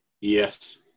Yes